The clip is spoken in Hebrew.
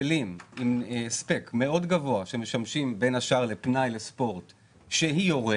כלים עם הספק מאוד גבוה שמשמשים בין השאר לפנאי וספורט שיורדת,